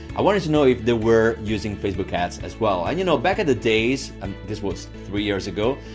i wanted to know if they were using facebook ads as well. and you know back at the days and this was three years ago,